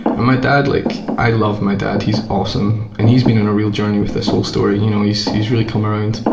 and my dad like, i love my dad, he's awesome, and he's been on a real journey with this whole story, you know, he's he's really come around.